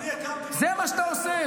אני הקמתי, זה מה שאתה עושה.